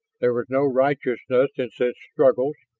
there was no righteousness in such struggles,